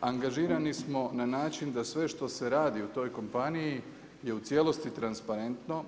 angažirani smo na način da sve što se radi u toj kompaniji je u cijelosti transparentno.